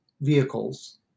vehicles